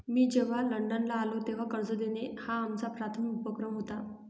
मी जेव्हा लंडनला आलो, तेव्हा कर्ज देणं हा आमचा प्राथमिक उपक्रम होता